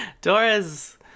Dora's